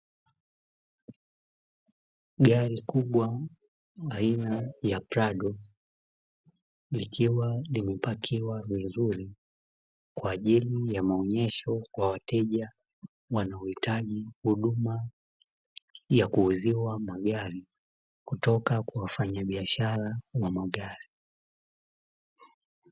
Gari kubwa, aina ya predo , likiwa kimepakiwa vizuri, kwaajili ya maonyesho kwa wateja wanaohitaji huduma ya kuuziwa magari kutoka kwa wafanyabiashara wa magari.